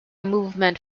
movement